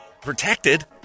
protected